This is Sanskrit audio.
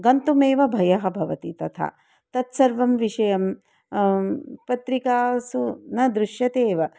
गन्तुमेव भयः भवति तथा तत्सर्वं विषयं पत्रिकासु न दृश्यते एव